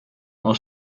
aus